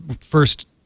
first